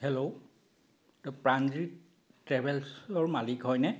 hello অ' প্ৰাণজিৎ ট্ৰেভেলছৰ মালিক হয়নে